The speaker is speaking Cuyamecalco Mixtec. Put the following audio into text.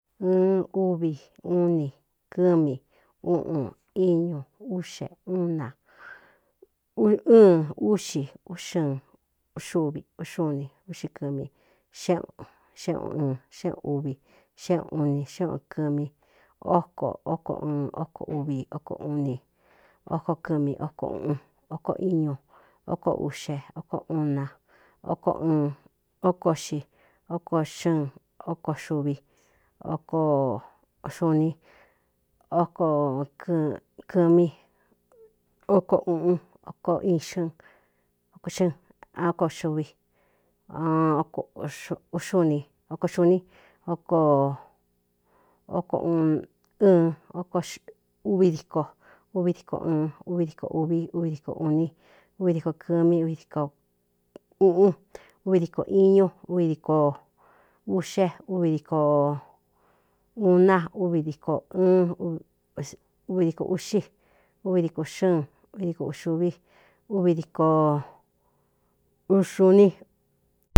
In uvi uu ni kɨmi ꞌu ñu úꞌxea ɨn úꞌxi xɨxn uꞌxɨ kɨmí xxéun xé uvi xé uunni xé un kɨmi óko óko uɨn óko uvi oko uu ni okoo kɨmi okoꞌun oko íñu óko uꞌxe ko uun na kóko xi ko xɨɨn koxví okxn okoɨkɨmi oko uꞌun oko i xɨ xɨɨn a koxuvi oko xuni ɨn uvi diíko uvi díko ɨɨn uvi diko ūvi uvi diko uni uvi diko kɨ̄mí d uꞌun uvi dikō iñu uvidiko uꞌxe vdiko uun ina v dikō ɨɨn uvi dikō uꞌxi uvi diko xɨɨn uvi dik uxuví uvi dikouxuni u.